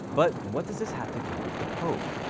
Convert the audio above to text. but what does this have to do with the pope?